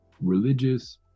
religious